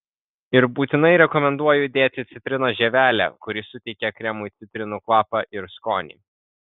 ir būtinai rekomenduoju dėti citrinos žievelę kuri suteikia kremui citrinų kvapą ir skonį